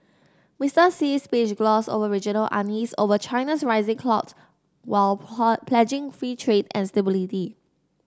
Mister Xi's speech glossed over regional unease over China's rising clout while pledging free trade and stability